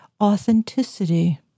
authenticity